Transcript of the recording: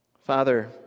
Father